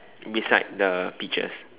beside the peaches